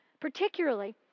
Particularly